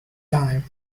time